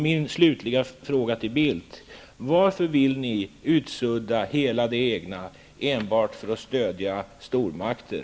Min slutliga fråga till Bildt är: Varför vill ni utsudda allt det egna, enbart för att stödja stormakter?